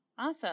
Awesome